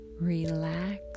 relax